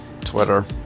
Twitter